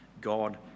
god